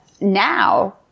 now